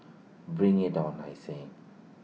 bring IT on I say